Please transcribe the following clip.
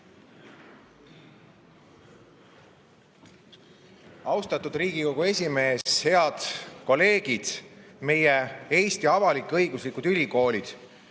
Austatud Riigikogu esimees! Head kolleegid! Meie Eesti avalik-õiguslikud ülikoolid